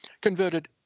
converted